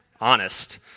honest